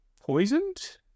poisoned